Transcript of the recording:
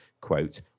quote